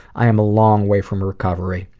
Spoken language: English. i'm a long way from recovery.